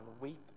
weep